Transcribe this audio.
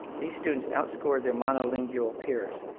these students outscored their monolingual peers.